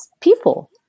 people